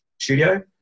studio